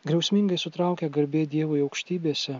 griausmingai sutraukę garbė dievui aukštybėse